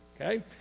Okay